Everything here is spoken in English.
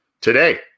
today